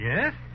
Yes